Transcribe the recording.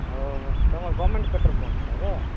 ଓହଃ ତୁମର government petrol pump ପରାରେ